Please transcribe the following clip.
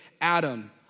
Adam